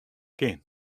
kin